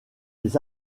les